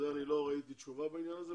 לא ראיתי תשובה בנושא הזה.